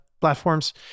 platforms